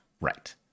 Right